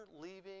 leaving